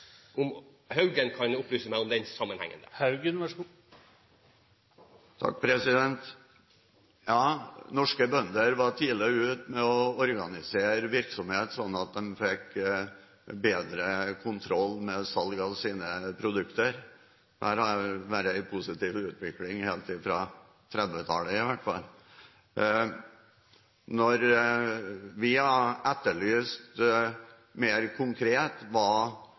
om Haugen kan opplyse meg om denne sammenhengen. Norske bønder var tidlig ute med å organisere virksomheten slik at de fikk bedre kontroll med salget av sine produkter. Her har det vært en positiv utvikling helt fra 1930-tallet, i hvert fall. Når vi har etterlyst mer konkret